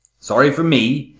sorry for me?